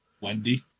Wendy